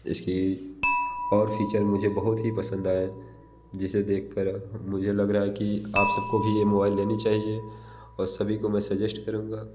इसकी और फीचर मुझे बहुत ही पसंद आया जिसे देख कर मुझे लग रहा है कि आप सब को भी ये मोबाइल लेना चाहिए और सभी को मैं सजेस्ट करूँगा